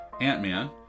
Ant-Man